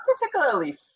particularly